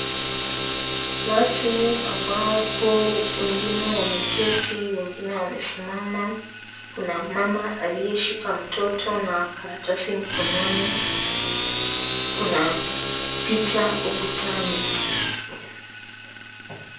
Watu ambapo wengi wameketi wengine wamesimama. Kuna mama aliyeshika mtoto na karatasi mkononi. Kuna picha ukutani.